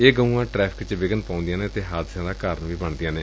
ਇਹ ਗਉਆ ਟਰੈਫਿਕ ਚ ਵਿਘਨ ਪਾਉਦੀਆ ਨੇ ਅਤੇ ਹਾਦਸਿਆ ਦਾ ਕਾਰਨ ਬਣਦੀਆ ਨੇ